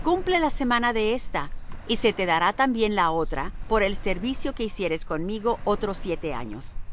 cumple la semana de ésta y se te dará también la otra por el servicio que hicieres conmigo otros siete años